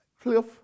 Cliff